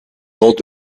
old